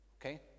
Okay